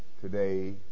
Today